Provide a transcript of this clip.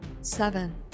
seven